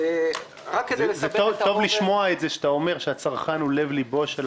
טוב לשמוע שאתה אומר שהצרכן הוא לב ליבה של